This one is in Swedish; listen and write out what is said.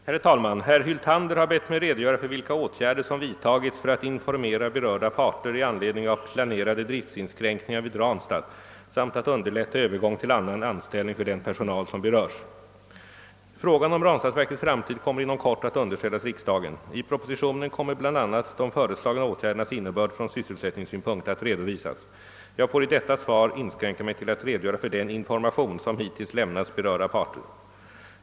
Herr talman! Herr Hyltander har bett mig redogöra för vilka åtgärder som vidtagits för att informera berörda parter i anledning av planerade driftsinskränkningar vid Ranstad samt att underlätta övergång till annan anställning för den personal som berörs. Frågan om Ranstadsverkets framtid kommer inom kort att underställas riksdagen. I propositionen kommer bl.a. de föreslagna åtgärdernas innebörd från sysselsättningssynpunkt att redovisas. Jag får i detta svar inskränka mig till att redogöra för den information som hittills lämnats berörda parter.